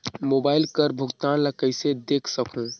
Mobile कर भुगतान ला कइसे देख सकहुं?